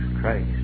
Christ